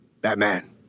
Batman